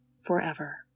forever